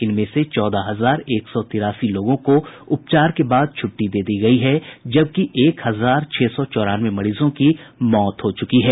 इनमें से चौदह हजार एक सौ तिरासी लोगों को उपचार के बाद छुट्टी दे दी गयी है जबकि एक हजार छह सौ चौरानवे मरीजों की मौत हो चुकी है